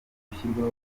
gushyirwa